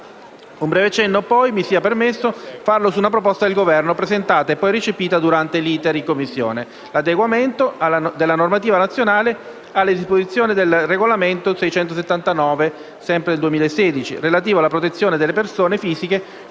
Un breve cenno, poi, mi sia permesso fare su una proposta del Governo presentata, - e poi recepita, durante l'*iter* in Commissione. L'adeguamento della normativa nazionale alle disposizioni del regolamento europeo n. 679 del 2016, relativo alla protezione delle persone fisiche